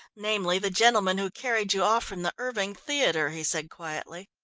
namely, the gentleman who carried you off from the erving theatre, he said quietly.